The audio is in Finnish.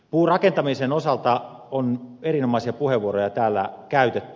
puurakentamisen osalta on erinomaisia puheenvuoroja täällä käytetty